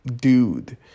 dude